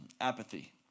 apathy